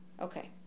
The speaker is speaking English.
Okay